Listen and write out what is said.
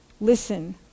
listen